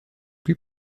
plus